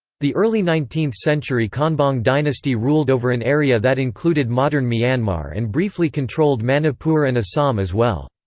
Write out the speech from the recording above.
the early nineteenth century konbaung dynasty ruled over an area that included modern myanmar and briefly controlled manipur and assam as well.